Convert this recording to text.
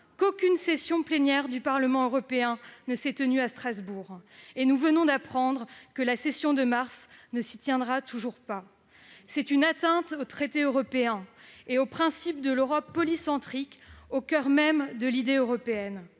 qu'aucune session plénière du Parlement européen ne s'est tenue à Strasbourg, et nous venons d'apprendre que la session de mars ne s'y tiendrait toujours pas ! C'est une atteinte aux traités européens et au principe de l'Europe polycentrique, au coeur même de l'idée européenne.